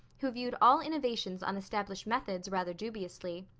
who viewed all innovations on established methods rather dubiously.